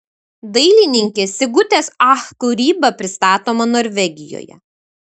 dailininkės sigutės ach kūryba pristatoma norvegijoje